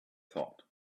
thought